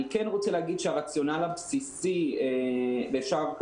אני רוצה להגיד שהרציונל הבסיסי שהיה בקביעת הקריטריון